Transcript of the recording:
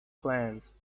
plans